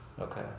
Okay